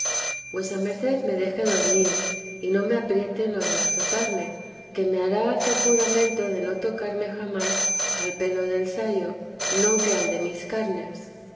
vuesa merced me deje dormir y no me apriete en lo del azotarme que me hará hacer juramento de no tocarme jamás al pelo del sayo no que al de mis carnes